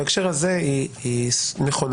בהקשר הזה היא נכונה.